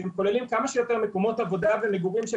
שהם כוללים כמה שיותר מקומות עבודה ומגורים של